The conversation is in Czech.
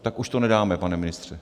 Tak už to nedáme, pane ministře.